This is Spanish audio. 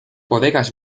bodegas